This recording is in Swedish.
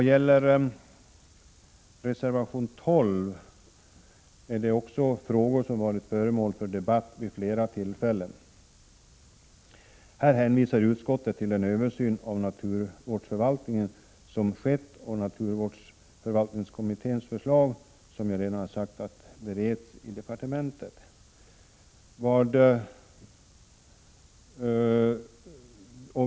Reservation 12 gäller också frågor som har varit föremål för debatt vid flera tillfällen. Utskottet hänvisar till den översyn av naturvårdsförvaltningen som har skett. Naturvårdsförvaltningskommitténs förslag bereds, som jag redan tidigare har sagt, i departementet.